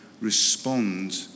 respond